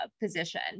position